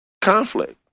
conflict